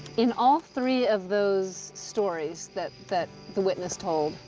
in all three of those stories that that the witness told,